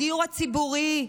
הדיור הציבורי,